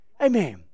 amen